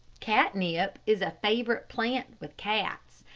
catnip is a favorite plant with cats,